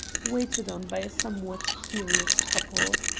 waited on by a somewhat curious couple.